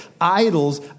idols